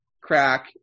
crack